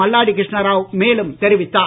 மல்லாடி கிருஷ்ணாராவ் மேலும் தெரிவித்தார்